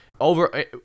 Over